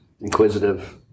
Inquisitive